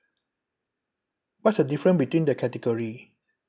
what's the different between the category